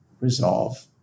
resolve